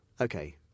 Okay